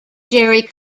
jerry